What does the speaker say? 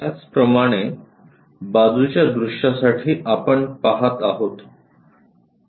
त्याचप्रमाणे बाजूच्या दृश्यासाठी आपण पाहत आहोत